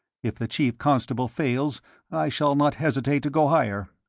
if the chief constable fails i shall not hesitate to go higher.